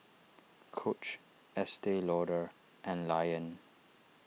Coach Estee Lauder and Lion